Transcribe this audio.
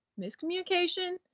miscommunication